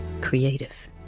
creative